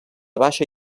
baixa